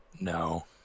No